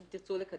אם תרצו לקדם,